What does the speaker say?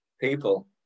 people